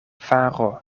faro